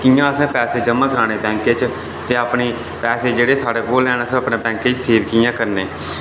कि'यां असें पैसे जमा कराने बैंके च ते अपने पैसे जेह्ड़े साढ़े कोल हैन असें अपने बैंक च सेव कि'यां करने न